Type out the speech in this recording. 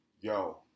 yo